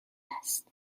است